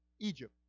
Egypt